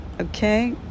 okay